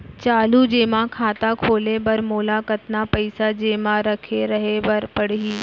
चालू जेमा खाता खोले बर मोला कतना पइसा जेमा रखे रहे बर पड़ही?